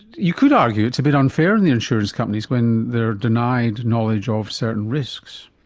you could argue it's a bit unfair on the insurance companies when they're denied knowledge of certain risks.